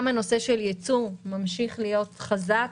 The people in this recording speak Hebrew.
גם הייצוא ממשיך להיות חזק,